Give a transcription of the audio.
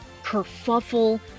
kerfuffle